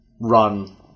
run